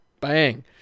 Bang